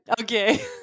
Okay